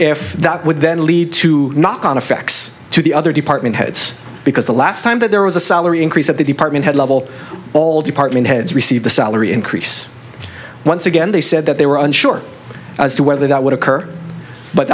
if that would then lead to knock on effects to the other department heads because the last time that there was a salary increase at the department head level all department heads received a salary increase once again they said that they were unsure as to whether that would occur but